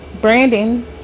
Brandon